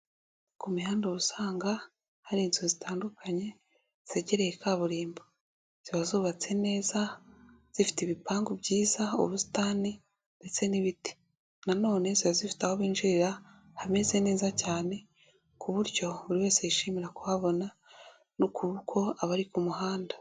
Ku mihanda ubu usanga hari inzu zitandukanye zegereye kaburimbo. Ziba zubatse neza, zifite ibipangu byiza, ubusitani ndetse n'ibiti. Nanone ziba zifite aho binjirira hameze neza cyane ku buryo buri wese yishimira kuhabona kuko aba ari ku muhanda.